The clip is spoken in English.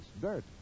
dirt